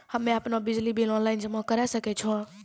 हम्मे आपनौ बिजली बिल ऑनलाइन जमा करै सकै छौ?